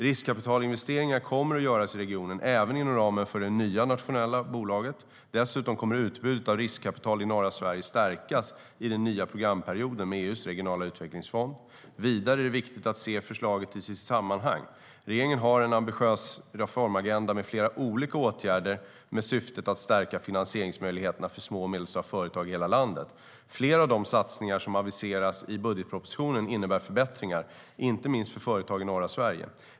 Riskkapitalinvesteringar kommer att göras i regionen även inom ramen för det nya nationella bolaget. Dessutom kommer utbudet av riskkapital i norra Sverige att stärkas i den nya programperioden med EU:s regionala utvecklingsfond. Vidare är det viktigt att se förslaget i sitt sammanhang. Regeringen har en ambitiös reformagenda med flera olika åtgärder med syfte att stärka finansieringsmöjligheterna för små och medelstora företag i hela landet. Flera av de satsningar som aviseras i budgetpropositionen innebär förbättringar, inte minst för företag i norra Sverige.